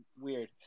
weird